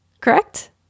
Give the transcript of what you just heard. Correct